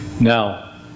Now